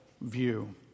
view